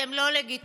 אתם לא לגיטימיים.